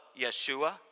Yeshua